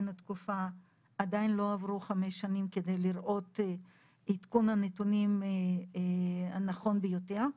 עדיין לא עברו חמש שנים כדי לראות את עדכון הנתונים הנכון ביותר.